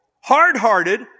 hard-hearted